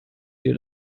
dir